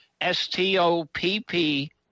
S-T-O-P-P